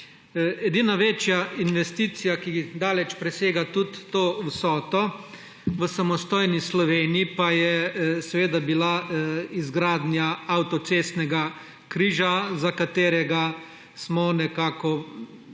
Edina večja investicija, ki daleč presega tudi to vsoto v samostojni Sloveniji, je seveda bila izgradnja avtocestnega križa, za katerega smo prispevali